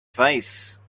face